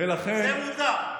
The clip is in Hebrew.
זה מותר.